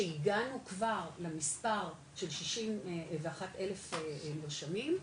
שהגענו כבר למספר של 61 אלף נרשמים,